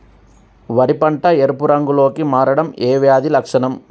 వరి పంట ఎరుపు రంగు లో కి మారడం ఏ వ్యాధి లక్షణం?